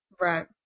Right